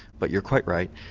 but you're quite right,